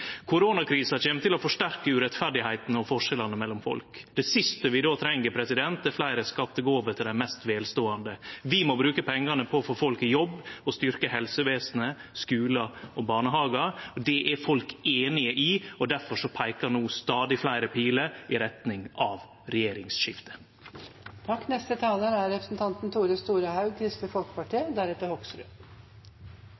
Koronakrisa kjem til å forsterke urettferdigheitene og forskjellane mellom folk. Det siste vi då treng, er fleire skattegåver til dei mest velståande. Vi må bruke pengane på å få folk i jobb og på å styrkje helsevesenet, skular og barnehagar. Det er folk einige i, og difor peikar no stadig fleire piler i retning av